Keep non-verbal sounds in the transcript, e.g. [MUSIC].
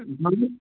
[UNINTELLIGIBLE]